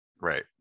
right